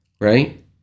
Right